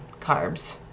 carbs